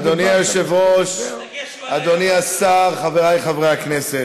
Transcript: אדוני היושב-ראש, אדוני השר, חבריי חברי הכנסת,